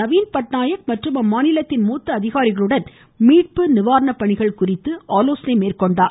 நவீன்பட்நாயக் மற்றும் அம்மாநிலத்தின் மூத்த அதிகாரிகளுடன் மீட்பு நிவாரண பணிகள் குறித்து ஆலோசனை மேற்கொண்டார்